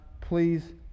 please